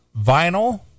vinyl